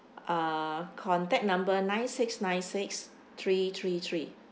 uh contact number nine six nine six three three three